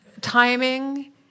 timing